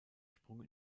sprung